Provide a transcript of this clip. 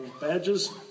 badges